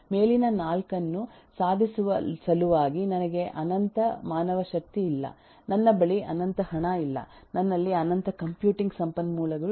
ಮೇಲಿನ 4 ಅನ್ನು ಸಾಧಿಸುವ ಸಲುವಾಗಿ ನನಗೆ ಅನಂತ ಮಾನವಶಕ್ತಿ ಇಲ್ಲ ನನ್ನ ಬಳಿ ಅನಂತ ಹಣ ಇಲ್ಲ ನನ್ನಲ್ಲಿ ಅನಂತ ಕಂಪ್ಯೂಟಿಂಗ್ ಸಂಪನ್ಮೂಲಗಳು ಇಲ್ಲ